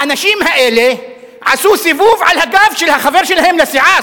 האנשים האלה עשו סיבוב על הגב של החבר שלהם לסיעה,